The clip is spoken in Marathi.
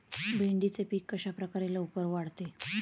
भेंडीचे पीक कशाप्रकारे लवकर वाढते?